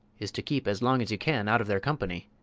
is to keep as long as you can out of their company.